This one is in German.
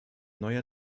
neuer